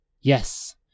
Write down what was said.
yes